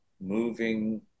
moving